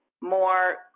more